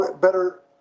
better